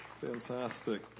Fantastic